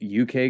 UK